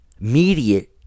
immediate